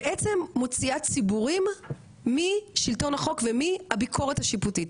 בעצם מוציאה ציבורים משלטון החוק ומהביקורת השיפוטית,